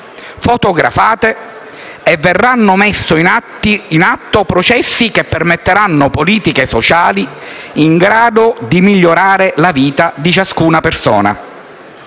fotografata e verranno messi in atto processi che permetteranno politiche sociali in grado di migliorare la vita di ciascuna persona.